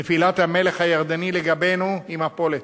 לגבינו נפילת המלך הירדני היא מפולת.